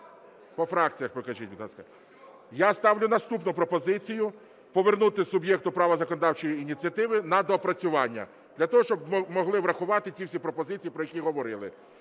По фракціях покажіть, будь ласка. Я ставлю наступну пропозицію: повернути суб'єкту права законодавчої ініціативи на доопрацювання для того, щоб могли врахувати ті всі пропозиції, про які говорили.